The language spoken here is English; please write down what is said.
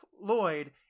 Lloyd